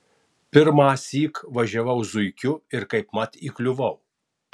pirmąsyk važiavau zuikiu ir kaipmat įkliuvau